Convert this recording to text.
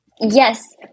Yes